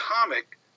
comic